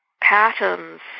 Patterns